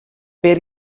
per